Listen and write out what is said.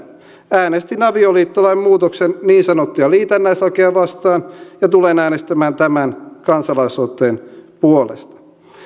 äänestin avioliittolain muutoksen niin sanottuja liitännäislakeja vastaan ja tulen äänestämään tämän kansalaisaloitteen puolesta